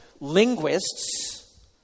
linguists